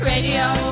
Radio